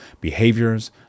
behaviors